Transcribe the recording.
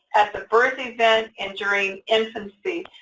at the birth event, and during infancy,